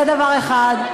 זה דבר אחד.